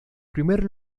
primer